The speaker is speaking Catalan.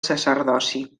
sacerdoci